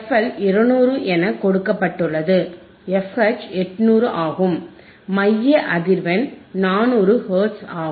fL 200 என கொடுக்கப்பட்டுள்ளது fH 800 ஆகும் மைய அதிர்வெண் 400 ஹெர்ட்ஸ் ஆகும்